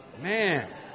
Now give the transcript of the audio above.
Man